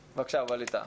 בבקשה, ווליד טאהא.